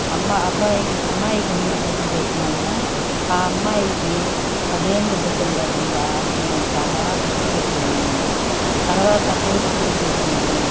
అమ్మా అబ్బాయికి అమ్మాయికి ముందు పెళ్లి చేసినాము అమ్మాయికి పదేండ్లు బిడ్డలు లేకుండా మేము చాలా కష్టపడిపోయినాము తర్వాత కొడుక్కి పెళ్లి చేసినాము